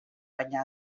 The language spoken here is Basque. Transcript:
baino